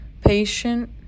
patient